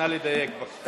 נא לדייק בבקשה.